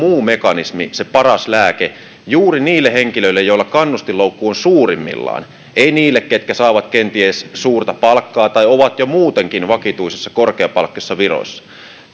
mekanismi se paras lääke juuri niille henkilöille joilla kannustinloukku on suurimmillaan ei niille ketkä saavat kenties suurta palkkaa tai ovat jo muutenkin vakituisissa korkeapalkkaisissa viroissa